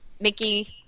Mickey